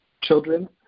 children